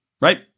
right